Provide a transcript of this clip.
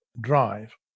drive